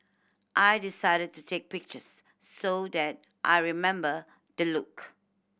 I decided to take pictures so that I remember the look